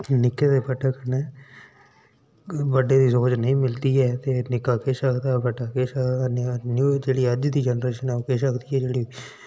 निक्के ते बड्डे कन्नै बड्डे दी सोच नेईं मिलदी ऐ ते निक्का किश आक्खदा बड्डा किश आखदा न्यू जेह्ड़ी अज्ज दी जेनरेशन ऐ ओह् किश जेह्ड़ी